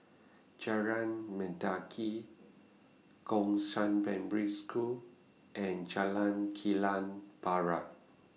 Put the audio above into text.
Jalan Mendaki Gongshang Primary School and Jalan Kilang Barat